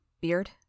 Beard